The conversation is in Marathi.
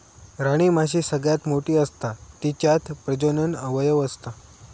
राणीमाशी सगळ्यात मोठी असता तिच्यात प्रजनन अवयव असता